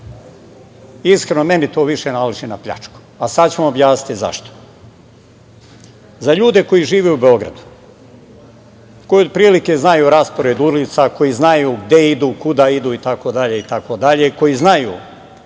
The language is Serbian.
Iskreno, meni to više naliči na pljačku. A sad ću vam objasniti zašto.Za ljude koji žive u Beogradu, koji otprilike znaju raspored ulica, koji znaju gde idu, kuda idu, itd,